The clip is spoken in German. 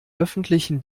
öffentlichen